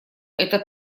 это